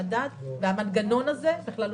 המדד והמנגנון הזה בכללותו.